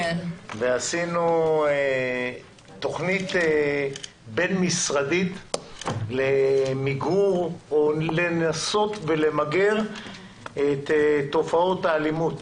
עשינו תכנית בין-משרדית למיגור או לנסות ולמגר את תופעות האלימות